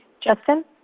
Justin